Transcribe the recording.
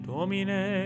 Domine